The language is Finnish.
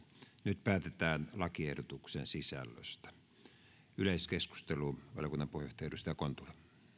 nyt päätetään lakiehdotuksen sisällöstä valiokunnan puheenjohtaja edustaja kontula